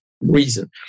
reason